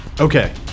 Okay